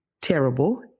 terrible